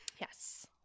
Yes